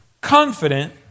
confident